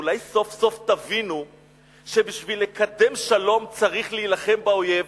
אולי סוף-סוף תבינו שבשביל לקדם שלום צריך להילחם באויב,